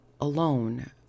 alone